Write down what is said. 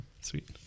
sweet